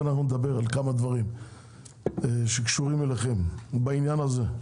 תכף נדבר על כמה דברים שקשורים אליכם בעניין הזה.